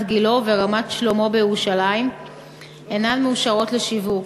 גילה ורמת-שלמה בירושלים אינן מאושרות לשיווק.